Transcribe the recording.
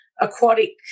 aquatic